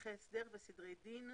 (הליכי הסדר וסדרי דין),